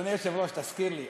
אדוני היושב-ראש, תזכיר לי.